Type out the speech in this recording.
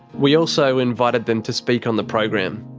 we also invited them to speak on the program.